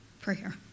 Prayer